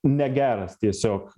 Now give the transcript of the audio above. negeras tiesiog